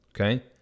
okay